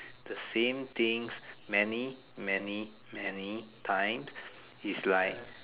the same things many many many time he's like